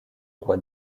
roi